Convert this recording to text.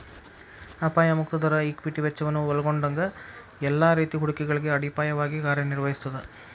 ಅಪಾಯ ಮುಕ್ತ ದರ ಈಕ್ವಿಟಿ ವೆಚ್ಚವನ್ನ ಒಲ್ಗೊಂಡಂಗ ಎಲ್ಲಾ ರೇತಿ ಹೂಡಿಕೆಗಳಿಗೆ ಅಡಿಪಾಯವಾಗಿ ಕಾರ್ಯನಿರ್ವಹಿಸ್ತದ